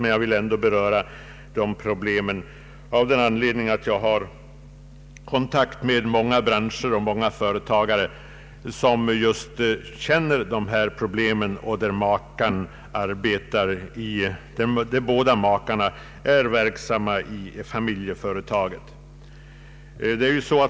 Men jag vill ändå beröra problemen, eftersom jag har kontakt med många branscher och företagare, som känner just dessa problem och där båda makarna är verksamma i familjeföretaget.